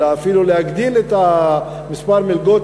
אלא אפילו להגדיל את מספר המלגות,